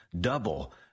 Double